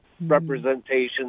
representation